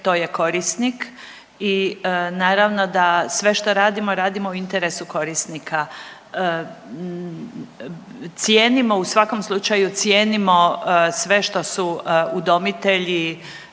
to je korisnik i naravno da sve što radimo, radimo u interesu korisnika. Cijenimo u svakom slučaju cijenimo sve što su udomitelji